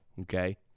okay